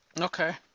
Okay